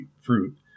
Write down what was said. fruit